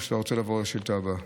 או שאתה רוצה לעבור לשאילתה הבאה.